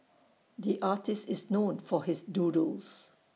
the artist is known for his doodles